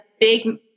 big